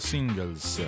Singles